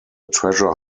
treasure